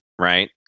right